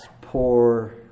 pour